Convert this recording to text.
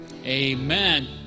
Amen